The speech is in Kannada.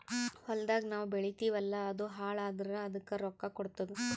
ಹೊಲ್ದಾಗ್ ನಾವ್ ಬೆಳಿತೀವಿ ಅಲ್ಲಾ ಅದು ಹಾಳ್ ಆದುರ್ ಅದಕ್ ರೊಕ್ಕಾ ಕೊಡ್ತುದ್